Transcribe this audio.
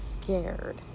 scared